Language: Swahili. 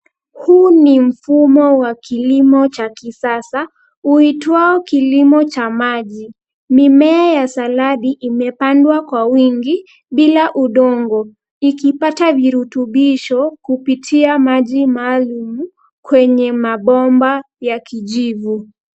Huu ni mfumo wa kilimo cha kisasa uitwao kilimo cha maji. Mimea ya saladi imepandwa kwa wingi bila udongo, ikipata virutubisho kupitia maji maalum kwenye mabomba ya kijivu.